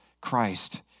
Christ